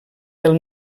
del